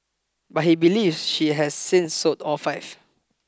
but he believes she has since sold all five